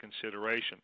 consideration